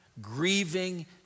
grieving